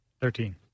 Thirteen